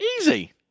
Easy